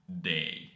day